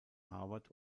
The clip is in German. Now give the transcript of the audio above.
harvard